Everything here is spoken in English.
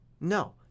No